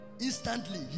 instantly